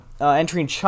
entering